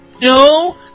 No